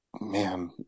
man